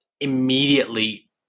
immediately